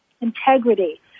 integrity